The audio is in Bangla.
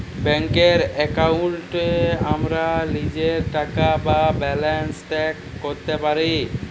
ব্যাংকের এক্কাউন্টে আমরা লীজের টাকা বা ব্যালান্স চ্যাক ক্যরতে পারি